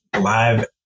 live